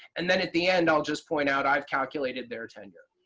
and then at the end i'll just point out i've calculated their tenure.